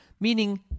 meaning